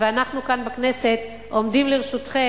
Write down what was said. ואנחנו כאן בכנסת עומדים לרשותכם.